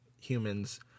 humans